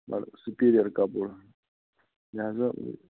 مطلب سُپیٖریر کَپُر لیٚہذا